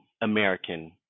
American